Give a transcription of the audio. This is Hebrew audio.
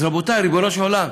אז רבותיי, ריבונו של עולם,